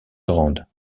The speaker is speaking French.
grande